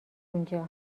اونجا